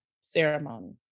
ceremony